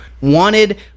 wanted